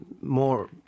more